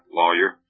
lawyer